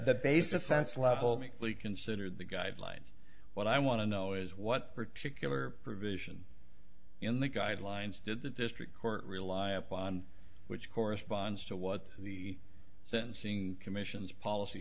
we considered the guidelines what i want to know is what particular provision in the guidelines did the district court rely upon which corresponds to what the sentencing commission's policy